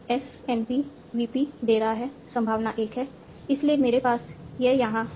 S NP VP दे रहा है संभावना 1 है इसलिए मेरे पास यह यहां है